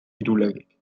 irulegik